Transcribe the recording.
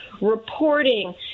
reporting